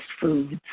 foods